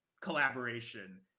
collaboration